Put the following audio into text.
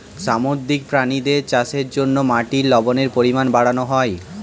সামুদ্রিক প্রাণীদের চাষের জন্যে মাটির লবণের পরিমাণ বাড়ানো হয়